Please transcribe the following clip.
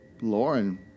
Lauren